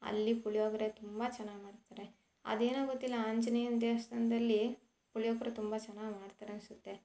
ಅಲ್ಲಿ ಪುಳಿಯೋಗ್ರೆ ತುಂಬ ಚೆನ್ನಾಗಿ ಮಾಡ್ತಾರೆ ಅದೇನೋ ಗೊತ್ತಿಲ್ಲ ಆಂಜನೇಯನ ದೇವಸ್ಥಾನ್ದಲ್ಲಿ ಪುಳಿಯೋಗ್ರೆ ತುಂಬ ಚೆನ್ನಾಗಿ ಮಾಡ್ತಾರೆ ಅನಿಸುತ್ತೆ